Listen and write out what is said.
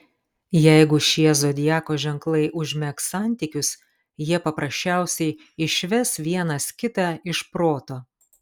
jeigu šie zodiako ženklai užmegs santykius jie paprasčiausiai išves vienas kitą iš proto